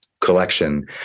collection